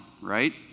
right